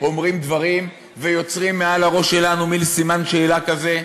אומרים דברים ויוצרים מעל הראש שלנו מין סימן שאלה כזה,